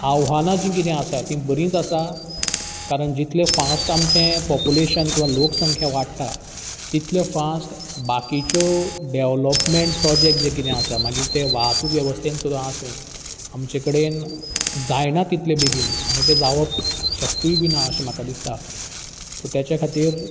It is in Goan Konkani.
आव्हानां जीं कितें आसात तीं बरींच आसा कारण जितलें फास्ट आमचें पोप्युलेशन किंवां लोकसंख्या वाडटा तितलें फास्ट बाकीच्यो डेविलोपमेंट प्रोजेक्ट जे कितें आसात मागीर ते वाहतूक वेवस्थेन सुद्दां आसूं आमचे कडेन जायना तितले बेगीन आनी तें जावप शक्यय बी ना अशें म्हाका दिसता सो तेच्या खातीर